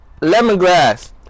Lemongrass